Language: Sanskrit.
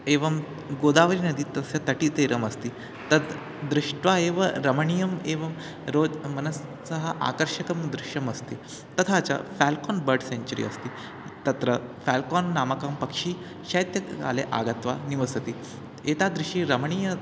एवं गोदावरी नदी तस्य तटतीरमस्ति तत् दृष्ट्वा एव रमणीयम् एवं रोचते मनसि आकर्षकं दृश्यमस्ति तथा च फ़ेल्कोन् बर्ड् सेञ्चुरी अस्ति तत्र फ़ेल्कोन् नाम पक्षी शैत्यकाले आगत्य निवसति एतादृशं रमणीयं